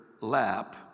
lap